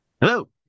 Hello